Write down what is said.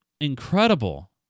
incredible